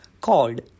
called